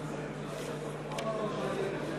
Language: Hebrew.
הכנסת, נא